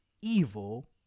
evil